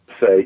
say